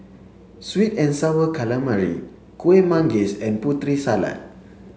sweet and sour calamari Kuih Manggis and Putri salad